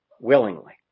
Willingly